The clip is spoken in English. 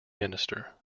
minister